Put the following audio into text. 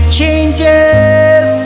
changes